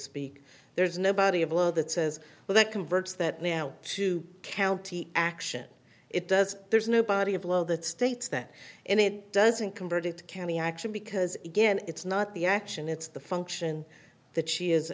speak there is no body of law that says well that converts that now to county action it does there's no body of law that states that and it doesn't convert it to county action because again it's not the action it's the function that she is